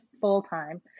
full-time